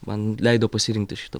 man leido pasirinkti šitą